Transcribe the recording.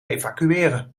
evacueren